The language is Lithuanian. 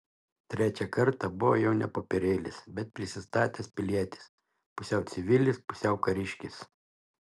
trečią kartą buvo jau ne popierėlis bet prisistatęs pilietis pusiau civilis pusiau kariškis